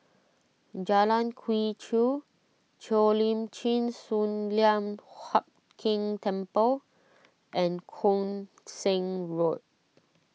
Jalan Quee Chew Cheo Lim Chin Sun Lian Hup Keng Temple and Koon Seng Road